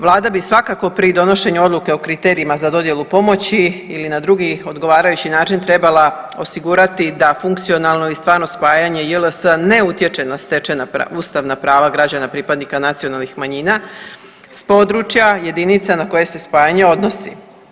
Vlada bi svakako pri donošenju odluke o kriterijima za dodjelu pomoći ili na drugi odgovarajući način trebala osigurati da funkcionalno i stvarno spajanje JLS-a ne utječe na stečena, ustavna prava građana pripadnika nacionalnih manjina s područja jedinica na koje se spajanje odnosi.